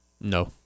No